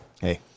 Hey